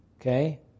Okay